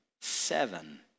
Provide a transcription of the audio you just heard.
seven